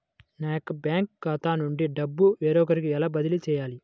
నా యొక్క బ్యాంకు ఖాతా నుండి డబ్బు వేరొకరికి ఎలా బదిలీ చేయాలి?